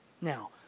Now